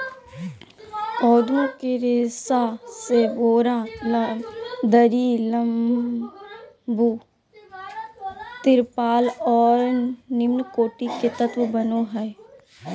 पौधे के रेशा से बोरा, दरी, तम्बू, तिरपाल और निम्नकोटि के तत्व बनो हइ